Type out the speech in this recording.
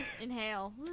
inhale